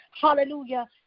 hallelujah